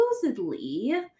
supposedly